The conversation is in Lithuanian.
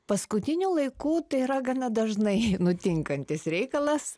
paskutiniu laiku tai yra gana dažnai nutinkantis reikalas